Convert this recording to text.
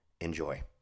Enjoy